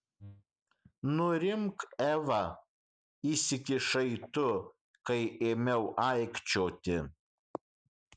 nurimk eva įsikišai tu kai ėmiau aikčioti